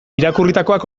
irakurritakoak